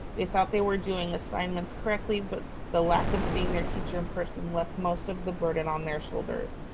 they thought they were doing assignments correctly, but the lack of seeing their teacher in person left most of the burden on their shoulders.